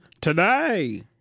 today